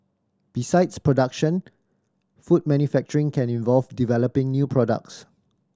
besides production food manufacturing can involve developing new products